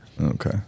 Okay